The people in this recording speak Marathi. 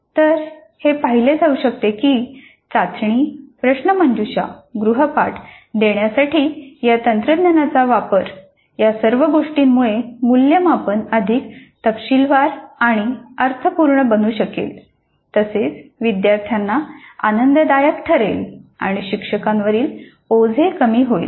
तर हे पाहिले जाऊ शकते की चाचणी प्रश्नमंजुषा गृहपाठ देण्यासाठी या तंत्रज्ञानाचा वापर या सर्व गोष्टींमुळे मूल्यमापन अधिक तपशीलवार आणि अर्थपूर्ण बनू शकेल तसेच विद्यार्थ्यांना आनंददायक ठरेल आणि शिक्षकांवरील ओझे कमी होईल